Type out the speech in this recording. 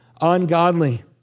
ungodly